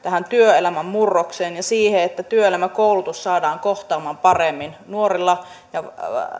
työelämän murrokseen ja siihen että työelämä ja koulutus saadaan kohtaamaan paremmin nuorilla ja